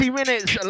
minutes